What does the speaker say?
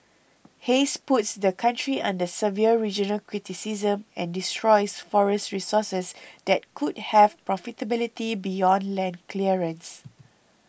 haze puts the country under severe regional criticism and destroys forest resources that could have profitability beyond land clearance